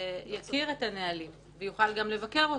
שיכיר את הנהלים, שיוכל לבקר אותם,